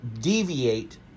deviate